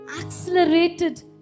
accelerated